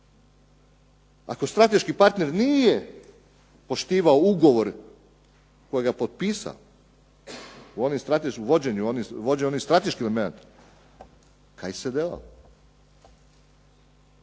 Ako strateški partner nije poštivao ugovor kojeg je potpisao on je strateški elemenat kaj se delalo.